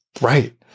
Right